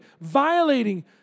violating